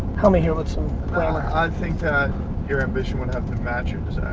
help me here with some grammar. i think that your ambition would have to match your